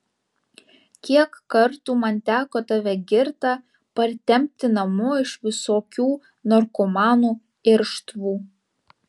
kiek kartų man teko tave girtą partempti namo iš visokių narkomanų irštvų